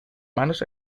manos